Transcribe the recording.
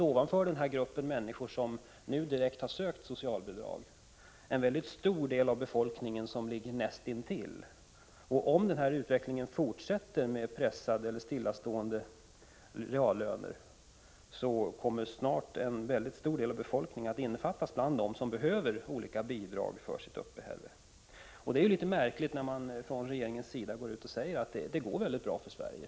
Utöver den grupp människor som har en inkomstnivå som gör att de direkt har sökt socialbidrag tror jag det finns en mycket stor del av befolkningen som ligger näst intill den nivån. Om utvecklingen med pressade eller stillastående reallöner fortsätter, kommer snart en mycket stor del av befolkningen att ingå bland dem som behöver olika bidrag för sitt uppehälle. Det är då märkligt att man från regeringens sida säger att det går bra för Sverige.